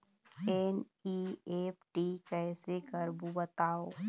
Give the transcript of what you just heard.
NEFT कैसे करबो बताव?